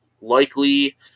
likely